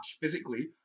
physically